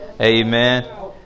Amen